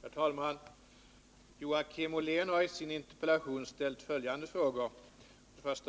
Herr talman! Joakim Ollén har i sin interpellation frågat 1.